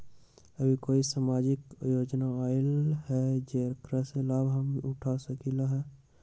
अभी कोई सामाजिक योजना आयल है जेकर लाभ हम उठा सकली ह?